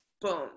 boom